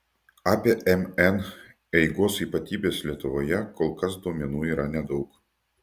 apie mn eigos ypatybes lietuvoje kol kas duomenų yra nedaug